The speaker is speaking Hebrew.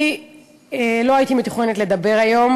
לא היה מתוכנן שאדבר היום,